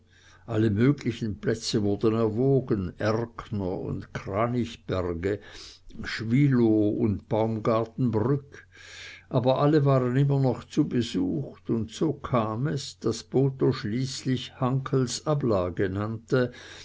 alle möglichen plätze wurden erwogen erkner und kranichberge schwilow und baumgartenbrück aber alle waren immer noch zu besucht und so kam es daß botho schließlich hankels ablage nannte